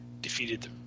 defeated